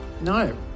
No